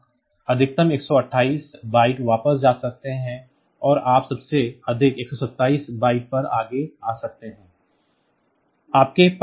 तो आप अधिकतम 128 बाइट्स वापस जा सकते हैं और आप सबसे अधिक 127 बाइट्स पर आगे आ सकते हैं